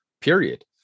period